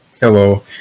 Hello